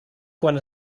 quan